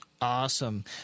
Awesome